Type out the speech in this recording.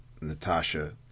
Natasha